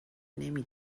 نمی